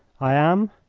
i am.